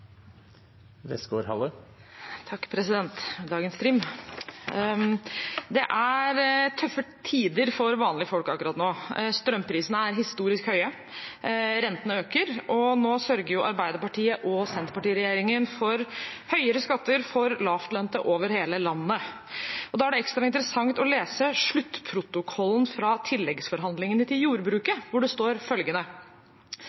Det er tøffe tider for vanlige folk akkurat nå. Strømprisene er historisk høye, rentene øker, og nå sørger Arbeiderparti–Senterparti-regjeringen for høyere skatter for lavtlønte over hele landet. Da er det ekstra interessant å lese sluttprotokollen fra tilleggsforhandlingene med jordbruket,